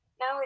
no